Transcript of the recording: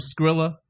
Skrilla